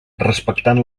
respectant